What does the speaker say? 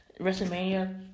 WrestleMania